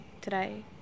today